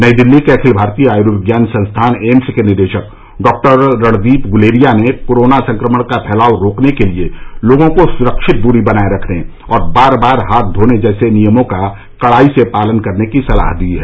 नई दिल्ली के अखिल भारतीय आयुर्विज्ञान संस्थान एम्स के निदेशक डॉक्टर रणदीप गुलेरिया ने कोरोना संक्रमण का फैलाव रोकने के लिए लोगों को सुरक्षित दूरी बनाए रखने और बार बार हाथ धोने जैसे नियमों का कड़ाई से पालन करने की सलाह दी है